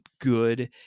good